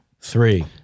Three